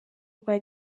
rwa